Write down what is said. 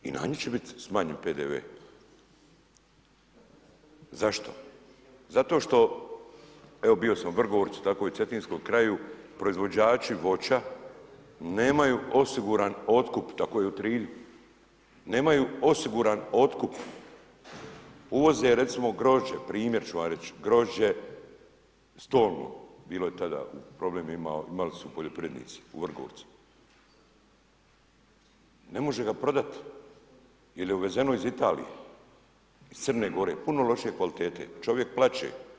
I na nju će biti smanjen PDV, zašto?* Zato što, evo bio sam u Vrgorcu, tako i u Cetinskom kraju, proizvođači voća nemaju osiguran otkup, tako i u Trilju, nemaju osiguran otkup, uvoze recimo grožđe primjer ću vam reći, grožđe stolno, bilo je tada, problem su imali poljoprivrednici u Vrgorcu, ne može ga prodat jer je uvezen iz Italije iz Crne Gore puno lošije kvalitete, čovjek plače.